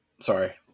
Sorry